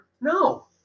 No